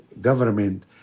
government